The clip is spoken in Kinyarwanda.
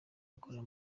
bakora